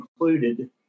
included